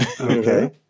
Okay